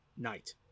night